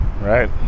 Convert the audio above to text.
Right